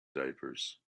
diapers